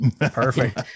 Perfect